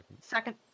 Second